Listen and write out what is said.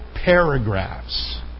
paragraphs